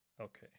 okay